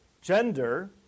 gender